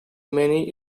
many